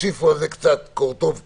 תוסיפו על זה קורטוב קורונה,